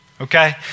Okay